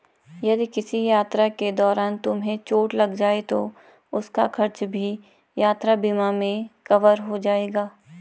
यदि किसी यात्रा के दौरान तुम्हें चोट लग जाए तो उसका खर्च भी यात्रा बीमा में कवर हो जाएगा